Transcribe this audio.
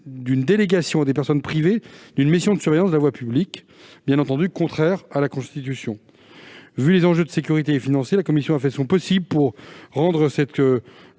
d'une délégation à des personnes privées d'une mission de surveillance de la voie publique, ce qui est bien entendu contraire à la Constitution. Au regard des enjeux financiers et de sécurité, la commission a fait son possible pour rendre cette